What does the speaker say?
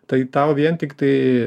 tai tau vien tiktai